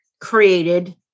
created